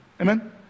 Amen